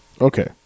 Okay